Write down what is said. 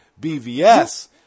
BVS